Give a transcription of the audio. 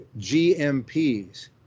GMPs